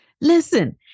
Listen